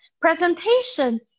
presentation